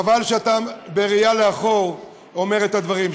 שחבל שאתה בראייה לאחור אומר את הדברים.